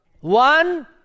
One